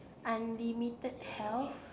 unlimited health